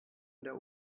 der